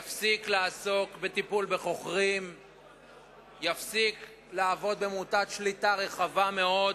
יפסיק לעסוק בטיפול בחוכרים ויפסיק לעבוד במוטת שליטה רחבה מאוד